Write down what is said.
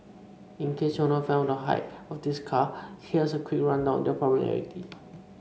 in case you're not a fan of the hype or these cars here's a quick rundown on their popularity